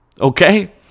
okay